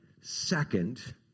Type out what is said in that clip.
second